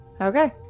Okay